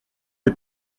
est